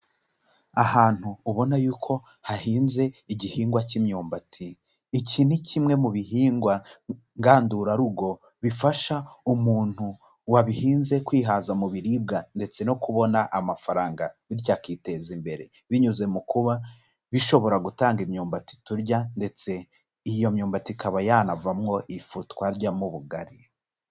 Ahantu ubona y'uko hahinze igihingwa cy'imyumbati, iki ni kimwe mu bihingwa ngandurarugo bifasha umuntu wabihinze kwihaza mu biribwa ndetse no kubona amafaranga bityo akiteza imbere, binyuze mu kuba bishobora gutanga imyumbati turya ndetse iyo myumbati ikaba yanavamwo ifu twaryamo ubugari.